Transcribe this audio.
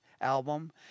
album